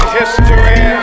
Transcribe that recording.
history